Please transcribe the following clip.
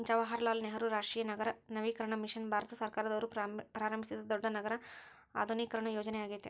ಜವಾಹರಲಾಲ್ ನೆಹರು ರಾಷ್ಟ್ರೀಯ ನಗರ ನವೀಕರಣ ಮಿಷನ್ ಭಾರತ ಸರ್ಕಾರವು ಪ್ರಾರಂಭಿಸಿದ ದೊಡ್ಡ ನಗರ ಆಧುನೀಕರಣ ಯೋಜನೆಯ್ಯಾಗೆತೆ